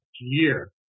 year